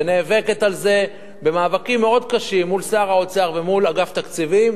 ונאבקת על זה במאבקים מאוד קשים מול שר האוצר ומול אגף תקציבים.